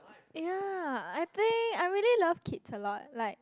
yea I think I really love kids a lot like